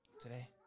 Today